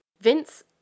Vince